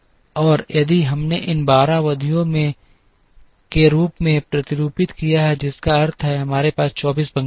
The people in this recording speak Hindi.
और यदि हमने इसे 12 अवधियों के रूप में प्रतिरूपित किया है जिसका अर्थ है हमारे पास 24 पंक्तियाँ होंगी